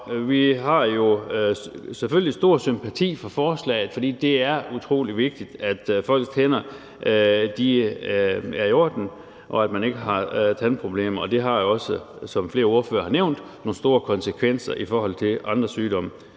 Vi har jo selvfølgelig stor sympati for forslaget, for det er utrolig vigtigt, at folks tænder er i orden, og at man ikke har tandproblemer. Det har jo også, som flere ordførere har nævnt, nogle store konsekvenser i forhold til andre sygdomme.